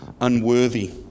unworthy